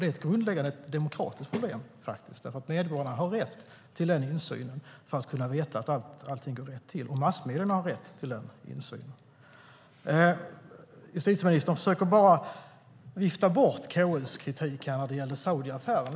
Det är ett grundläggande demokratiskt problem; medborgarna har rätt till den insynen för att kunna veta att allt går rätt till. Massmedierna har också rätt till den insynen. Justitieministern försöker vifta bort KU:s kritik när det gällde Saudiaffären.